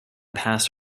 past